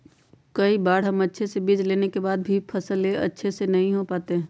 कई बार हम अच्छे बीज लेने के बाद भी फसल अच्छे से नहीं हो पाते हैं?